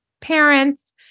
parents